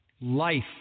life